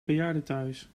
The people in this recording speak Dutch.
bejaardentehuis